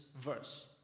verse